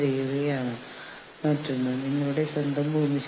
എന്താണ് അവർക്ക് വാഗ്ദാനം ചെയ്യുന്നത്